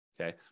okay